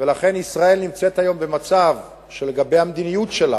ולכן ישראל נמצאת היום במצב שלגבי המדיניות שלה,